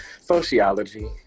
sociology